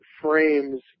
frames